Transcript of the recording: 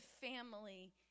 family